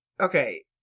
Okay